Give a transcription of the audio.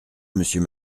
monsieur